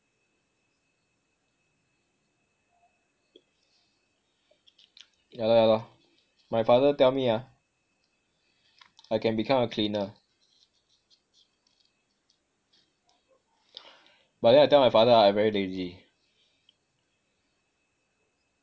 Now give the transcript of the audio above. yah lor yah lor my father tell me ah I can become a cleaner but then I tell my father ah I very lazy